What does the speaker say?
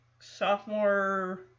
sophomore